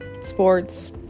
sports